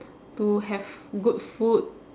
to have good food